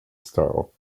style